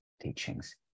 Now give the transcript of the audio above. teachings